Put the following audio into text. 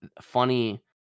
funny